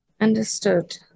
Understood